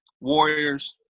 warriors